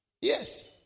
yes